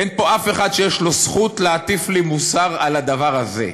אין פה אף אחד שיש לו זכות להטיף לי מוסר על הדבר הזה.